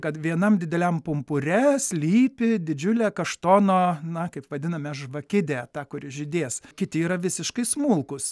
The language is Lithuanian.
kad vienam dideliam pumpure slypi didžiulė kaštono na kaip vadiname žvakidė ta kuris žydės kiti yra visiškai smulkūs